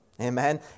Amen